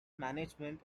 management